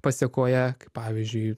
pasekoje kaip pavyzdžiui